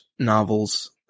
novels